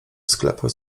sklepach